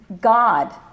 God